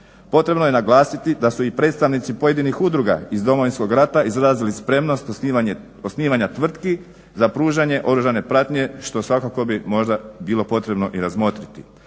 Potrebno je naglasiti da su i predstavnici pojedinih udruga iz Domovinskog rata izrazili spremnost osnivanja tvrtki za pružanje oružane pratnje što svakako bi možda bilo potrebno i razmotriti.